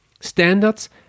standards